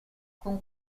con